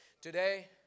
Today